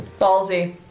Ballsy